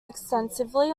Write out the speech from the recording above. extensively